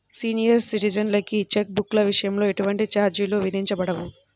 senior సిటిజన్లకి cheque బుక్ల విషయంలో ఎటువంటి ఛార్జీలు విధించబడవు